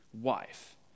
wife